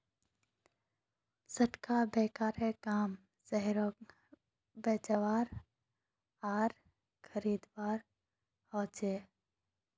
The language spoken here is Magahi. स्टाक ब्रोकरेर काम शेयरक बेचवार आर खरीदवार ह छेक